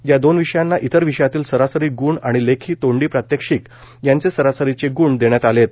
या दोन विषयांना इतर विषयातील सरासरी ग्ण आणि लेखी तोंडी प्रात्यक्षिक याचे सरासरीचे ग्ण देण्यात आलेत